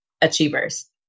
achievers